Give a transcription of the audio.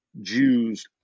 Jews